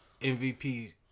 MVP